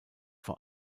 vor